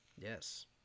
Yes